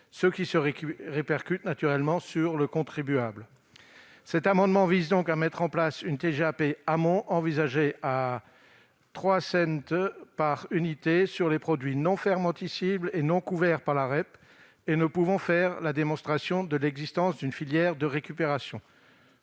ce qui se répercute sur le contribuable. Cet amendement vise donc à mettre en place une TGAP amont, envisagée à 0,03 euro par unité, sur les produits non fermentescibles et non couverts par la REP et ne pouvant faire la démonstration de l'existence d'une filière de récupération.